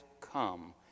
come